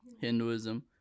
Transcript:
Hinduism